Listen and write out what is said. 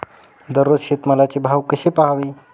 दररोज शेतमालाचे भाव कसे पहावे?